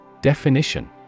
Definition